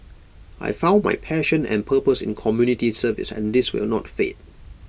I found my passion and purpose in community service and this will not fade